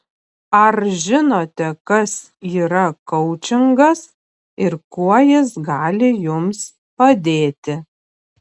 ar žinote kas yra koučingas ir kuo jis gali jums padėti